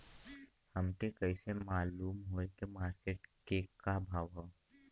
हमके कइसे मालूम होई की मार्केट के का भाव ह?